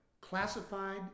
Classified